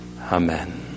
Amen